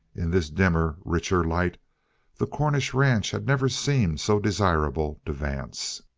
in this dimmer, richer light the cornish ranch had never seemed so desirable to vance.